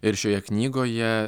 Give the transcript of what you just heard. ir šioje knygoje